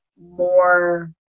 more